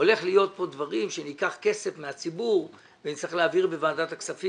ויהיו פה דברים שניקח כסף מהציבור ונצטרך להעביר בוועדת הכספים